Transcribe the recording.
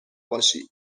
باشی